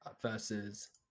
versus